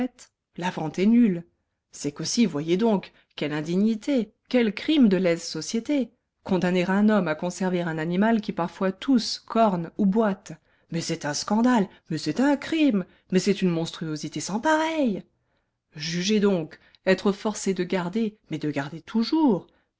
la vente est nulle c'est qu'aussi voyez donc quelle indignité quel crime de lèse société condamner un homme à conserver un animal qui parfois tousse corne ou boite mais c'est un scandale mais c'est un crime mais c'est une monstruosité sans pareille jugez donc être forcé de garder mais de garder toujours